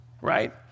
right